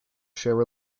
share